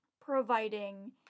providing